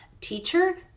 teacher